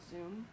Zoom